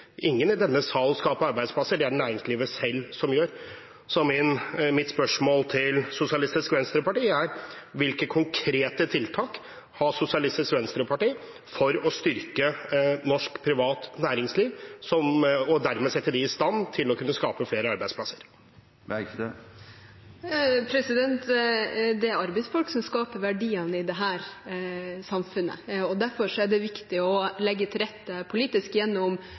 Ingen i denne salen skaper arbeidsplasser, det er det næringslivet som gjør. Så mitt spørsmål til Sosialistisk Venstreparti er: Hvilke konkrete tiltak har Sosialistisk Venstreparti for å styrke norsk privat næringsliv og dermed sette dem i stand til å skape flere arbeidsplasser? Det er arbeidsfolk som skaper verdiene i dette samfunnet, og derfor er det viktig å legge til rette politisk gjennom